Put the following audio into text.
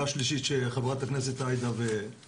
השלישית שחה"כ עאידה ורוזין דיברו עליהן.